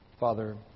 Father